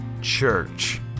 church